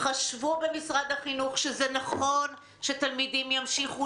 חשבו במשרד החינוך שנכון שתלמידים ימשיכו